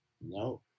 no